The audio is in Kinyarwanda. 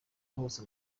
hose